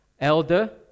elder